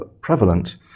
prevalent